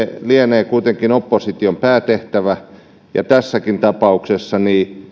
lienee kuitenkin opposition päätehtävä tässäkin tapauksessa